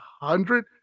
hundred